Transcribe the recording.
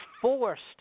Forced